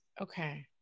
Okay